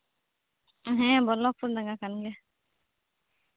ᱦᱮᱸ ᱵᱚᱞᱞᱚᱵᱷᱯᱩᱨ ᱰᱟᱝᱜᱟ ᱠᱟᱱ ᱜᱮᱭᱟ